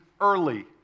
early